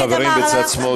החברים בצד שמאל,